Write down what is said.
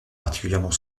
particulièrement